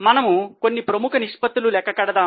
మనము కొన్ని ప్రముఖ నిష్పత్తులు లెక్క కడదాం